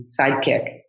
sidekick